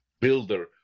builder